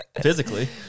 Physically